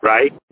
Right